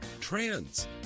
Trans